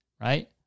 right